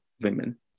women